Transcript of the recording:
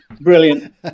Brilliant